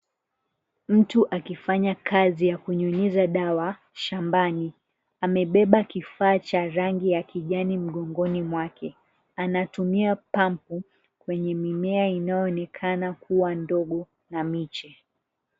Mtu akifanya kazi ya kunyunyiza dawa shambani, amebeba kifaa cha rangi ya kijani mgongoni mwake. Anatumia pampu kwenye mimea inayoonekana kuwa ndogo na miche.